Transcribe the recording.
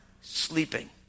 sleeping